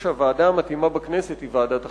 שהוועדה המתאימה בכנסת היא ועדת החינוך.